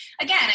again